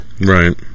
Right